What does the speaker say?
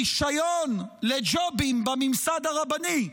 רישיון לג'ובים בממסד הרבני,